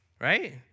Right